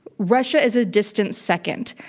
russia is a distant second.